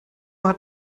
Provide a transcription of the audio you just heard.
hat